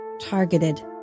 Targeted